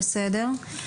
בסדר.